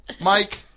Mike